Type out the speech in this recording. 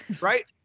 Right